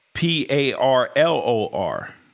P-A-R-L-O-R